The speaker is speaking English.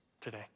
today